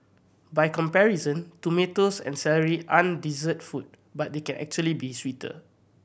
by comparison tomatoes and celery aren't dessert food but they can actually be sweeter